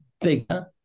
bigger